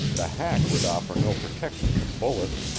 the hack would offer no protection from bullets,